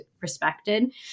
respected